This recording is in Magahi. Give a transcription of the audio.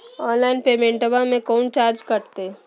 ऑनलाइन पेमेंटबां मे कोइ चार्ज कटते?